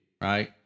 right